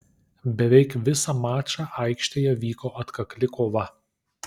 beveik visą mačą aikštėje vyko atkakli kova